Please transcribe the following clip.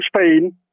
Spain